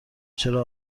چرا